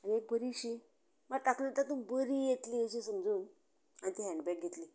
आनी एक बरीशीं तातूंतली तातूंत बरी येतली अशीं समजून हांवेन ती हेन्डबेग घेतली